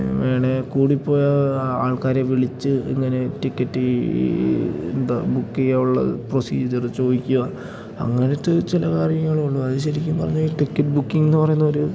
വേണേ കൂടി പോയാൽ ആൾക്കാരെ വിളിച്ച് ഇങ്ങനെ ടിക്കറ്റ് എന്താ ബുക്ക് ചെയ്യാനുള്ളത് പ്രൊസീജർ ചോദിക്കുക അങ്ങനത്തെ ചില കാര്യങ്ങളുള്ളൂ അത് ശരിക്കും പറഞ്ഞാൽ ടിക്കറ്റ് ബുക്കിങ്ങെന്നു പറയുന്നൊരു